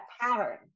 pattern